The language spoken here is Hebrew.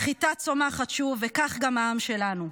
החיטה צומחת שוב, וכך גם העם שלנו.